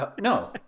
No